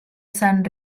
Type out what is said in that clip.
san